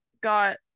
got